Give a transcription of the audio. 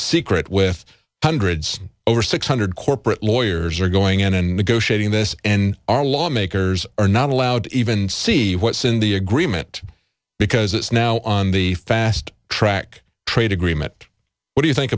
secret with hundreds over six hundred corporate lawyers are going in and negotiating this and our lawmakers are not allowed to even see what's in the agreement because it's now on the fast track trade agreement what do you think